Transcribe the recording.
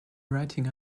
writing